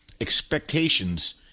expectations